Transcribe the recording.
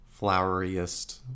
floweriest